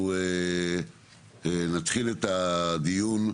אנחנו נתחיל את הדיון,